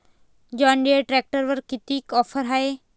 John Deere ट्रॅक्टरवर कितीची offer हाये?